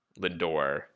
Lindor